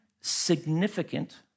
significant